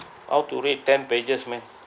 how to read ten pages man